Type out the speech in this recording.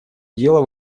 дело